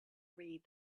read